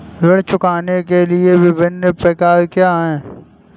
ऋण चुकाने के विभिन्न प्रकार क्या हैं?